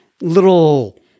little